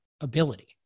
ability